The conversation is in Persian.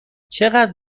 چقدر